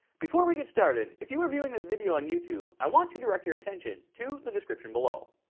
before we get started, if you are viewing this video on youtube, i want to direct your attention to the description below.